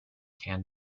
can